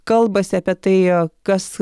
kalbasi apie tai kas